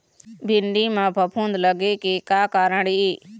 भिंडी म फफूंद लगे के का कारण ये?